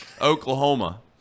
Oklahoma—